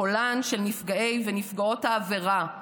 קולן של נפגעי ונפגעות העבירה,